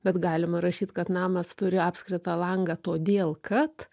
bet galima rašyt kad namas turi apskritą langą todėl kad